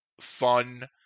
fun